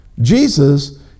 Jesus